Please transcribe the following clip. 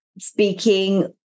speaking